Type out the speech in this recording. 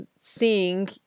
seeing